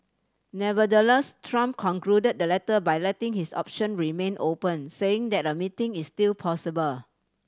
Nevertheless Trump concluded the letter by letting his option remain open saying that a meeting is still possible